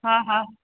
हा हा